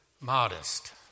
modest